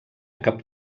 cap